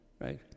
right